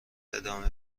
ادامه